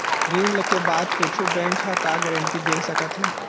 ऋण लेके बाद कुछु बैंक ह का गारेंटी दे सकत हे?